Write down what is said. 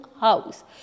house